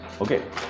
Okay